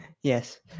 Yes